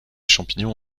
champignons